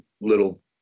little